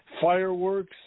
Fireworks